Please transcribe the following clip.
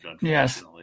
Yes